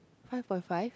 five point five